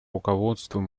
руководством